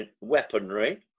weaponry